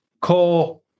core